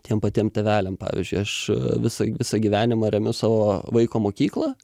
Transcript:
tiem patiem tėveliam pavyzdžiui aš visą visą gyvenimą remiu savo vaiko mokyklą